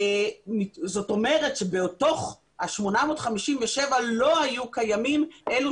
זאת אומרת שבתוך ה-857 לא היו קיימים אלה